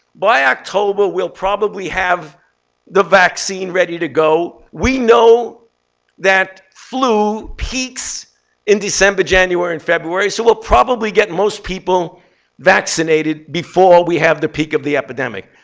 by october, we'll probably have the vaccine ready to go. we know that flu peaks in december, january, and february, so we'll probably get most people vaccinated before we have the peak of the epidemic.